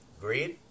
greed